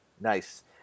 Nice